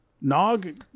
Nog